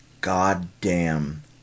goddamn